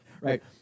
right